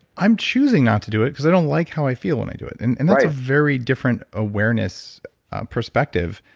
i'm choosing not to do it because i don't like how i feel when i do it. and and that's a very different awareness perspective.